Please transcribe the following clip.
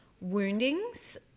woundings